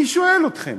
אני שואל אתכם,